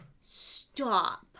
Stop